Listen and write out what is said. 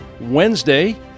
Wednesday